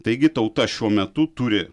taigi tauta šiuo metu turi